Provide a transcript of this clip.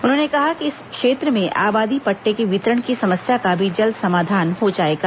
उन्होंने कहा कि इस क्षेत्र में आबादी पट्टे के वितरण की समस्या का भी जल्द समाधान हो जाएगा